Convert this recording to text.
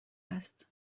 هست